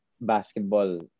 basketball